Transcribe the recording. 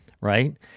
right